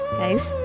guys